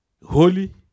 Holy